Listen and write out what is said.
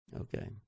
Okay